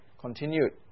continued